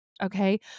Okay